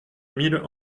mille